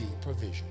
provision